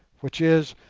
which is,